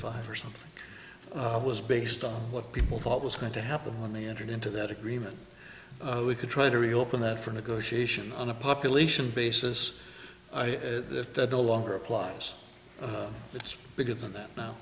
five or something was based on what people thought was going to happen when they entered into that agreement we could try to reopen that for negotiation on a population basis the longer applies it's bigger than that no